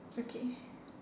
okay